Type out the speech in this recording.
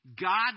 God